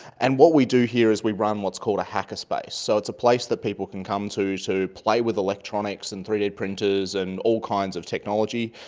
and what we do here is we run what's called a hacker space, so it's a place that people can come to to so play with electronics and three d printers and all kinds of technology.